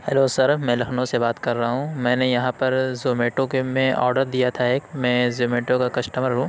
hello sir میں لکھنؤ سے بات کر رہا ہوں میں نے یہاں پر زومیٹو کے میں آڈر دیا تھا ایک میں زومیٹو کا کسٹمر ہوں